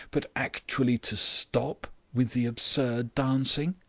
but actually to stop with the absurd dancing?